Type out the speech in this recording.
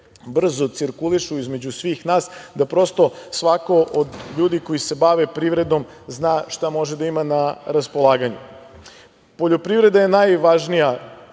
brzo cirkulišu između svih nas, da prosto svako od ljudi koji se bave privredom zna šta može da ima na raspolaganju. Poljoprivreda je najvažnija